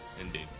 Indeed